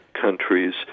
countries